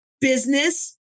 business